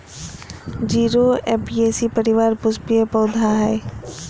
जीरा ऍपियेशी परिवार पुष्पीय पौधा हइ